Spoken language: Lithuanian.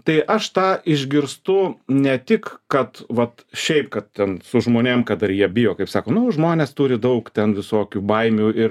tai aš tą išgirstu ne tik kad vat šiaip kad ten su žmonėm kad ar jie bijo kaip sako nu žmonės turi daug ten visokių baimių ir